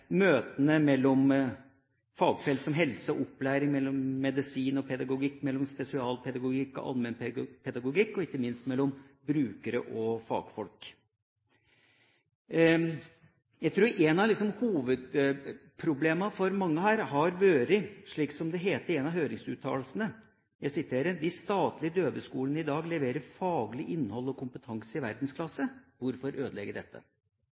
møtene mellom fagfelt, slik som mellom helse og opplæring, mellom medisin og pedagogikk, mellom spesialpedagogikk og allmennpedagogikk, og ikke minst mellom brukere og fagfolk. Jeg tror et av hovedproblemene for mange her har vært det som beskrives i en av høringsuttalelsene: «De statlige døveskolene i dag leverer faglig innhold og kompetanse i verdensklasse – hvorfor ødelegge dette?»